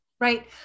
right